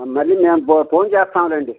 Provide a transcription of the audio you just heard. మళ్ళీ మేము పో ఫోన్ చేస్తాములేండి